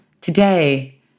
Today